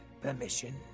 permission